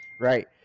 Right